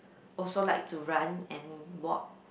also like to run and walk